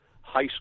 high